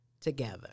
together